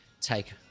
take